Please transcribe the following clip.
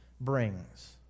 brings